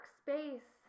space